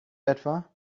etwa